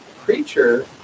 creature